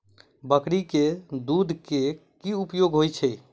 बकरी केँ दुध केँ की उपयोग होइ छै?